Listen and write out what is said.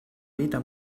vita